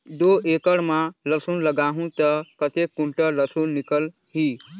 दो एकड़ मां लसुन लगाहूं ता कतेक कुंटल लसुन निकल ही?